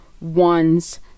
one's